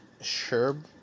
Sherb